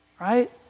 right